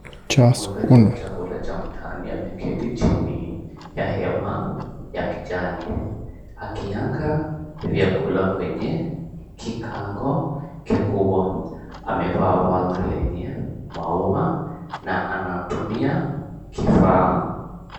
Muuzaji wa chakula cha mtaani ameketi chini ya hema ya kijani. Akianga vyakula kwenye kikaango kikubwa. Amevaa vazi lenye maua na anatumia kifaa.